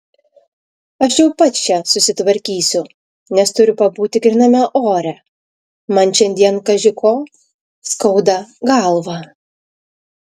aš jau pats čia susitvarkysiu nes turiu pabūti gryname ore man šiandien kaži ko skauda galvą